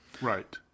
Right